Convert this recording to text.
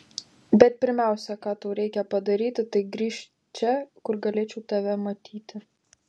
bet pirmiausia ką tau reikia padaryti tai grįžt čia kur galėčiau tave matyti